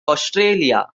australia